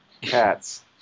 Cats